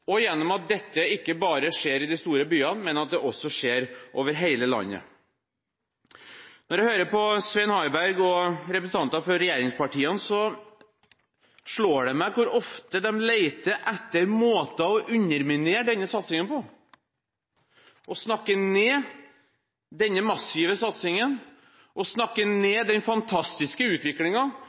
og gjennom at dette ikke bare skjer i de store byene, men at det også skjer over hele landet. Når jeg hører på Svein Harberg og representanter fra regjeringspartiene, slår det meg hvor ofte de leter etter måter å underminere denne satsingen på, snakke ned denne massive satsingen, og snakke ned den fantastiske